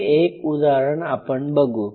हे एक उदाहरण आपण बघू